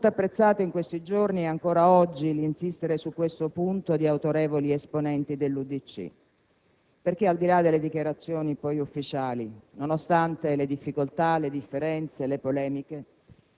che questa crisi è figlia anch'essa di un sistema istituzionale ed elettorale che non sa garantire stabilità ed efficacia ai Governi; la seconda, che questo interessa tutti, perché interessa l'Italia,